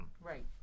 Right